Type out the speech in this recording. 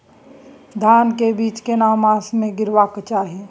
धान के बीज केना मास में गीरावक चाही?